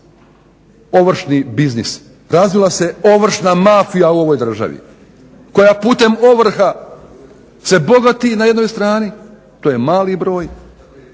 ovršni biznis, razvila se ovršna mafija u ovoj državi koja putem ovrha se bogati na jednoj strani to je mali broj,